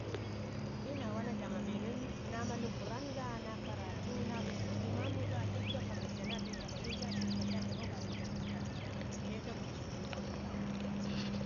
Jyu naa wana dlama bii nən naa ma ləkurran ga naa karratu naa gugzau ii maamu ga dək gafa mii ja naa bi dlama bin ja cicpo ja dlamau gaaɗa ja taimakaaci ada ja tiye da gugzhi be mii aa ampanata naa aci.